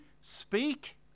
Speak